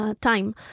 time